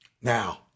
Now